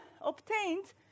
obtained